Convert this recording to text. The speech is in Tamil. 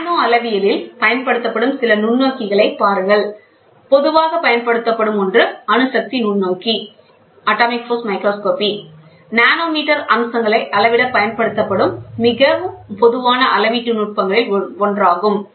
நானோ அளவியலில் பயன்படுத்தப்படும் சில நுண்ணோக்கிகளைப் பாருங்கள் பொதுவாகப் பயன்படுத்தப்படும் ஒன்று அணுசக்தி நுண்ணோக்கி நானோமீட்டர் அம்சங்களை அளவிடப் பயன்படுத்தப்படும் மிகவும் பொதுவான அளவீட்டு நுட்பங்களில் ஒன்றாகும்